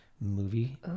movie